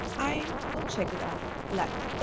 i will check it out live!